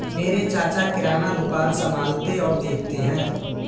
मेरे चाचा किराना दुकान संभालते और देखते हैं